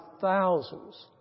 thousands